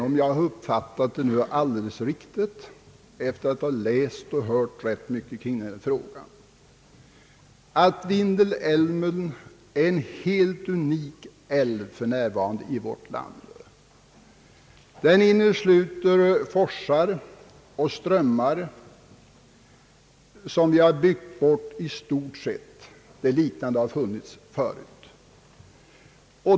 Om jag har uppfattat riktigt efter att ha läst och hört rätt mycket kring frågan, är situationen den, att Vindelälven för närvarande är en helt unik älv i vårt land. Den innesluter forsar och strömmar av ett slag som vi i stort sett har byggt bort där något liknande har funnits förut.